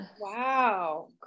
Wow